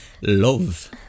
Love